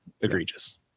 egregious